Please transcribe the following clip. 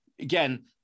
again